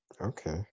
Okay